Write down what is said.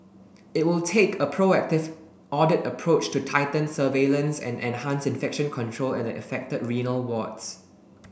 it will take a proactive audit approach to tighten surveillance and enhance infection control at the affected renal wards